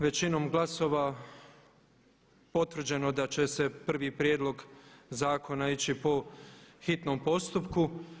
Većinom glasova potvrđeno je da će se prvi prijedlog zakona ići po hitnom postupku.